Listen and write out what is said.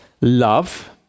love